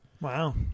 Wow